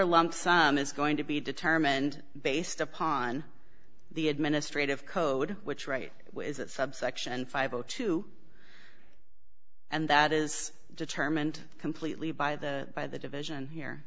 your lump sum is going to be determined based upon the administrative code which right is that subsection five o two and that is determined completely by the by the division here